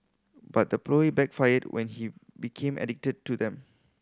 but the ploy backfired when he became addicted to them